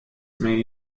may